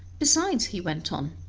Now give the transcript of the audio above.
besides, he went on,